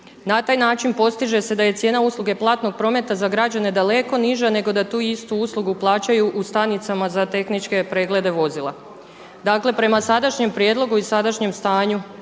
Na taj način postiže se da je cijena usluge platnog prometa za građane daleko niža nego da tu istu uslugu plaćaju u stanicama za tehničke preglede vozila. Dakle, prema sadašnjem prijedlogu i sadašnjem stanju